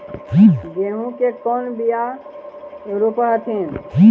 गेहूं के कौन बियाह रोप हखिन?